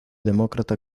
demócrata